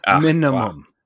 Minimum